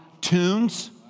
tunes